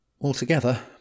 Altogether